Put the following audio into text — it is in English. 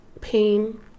pain